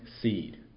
seed